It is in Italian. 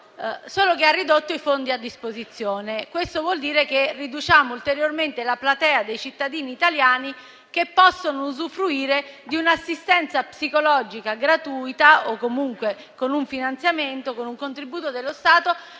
riducendo però i fondi a disposizione. Questo vuol dire che riduciamo ulteriormente la platea dei cittadini italiani che possono usufruire di un'assistenza psicologica gratuita o comunque con un contributo dello Stato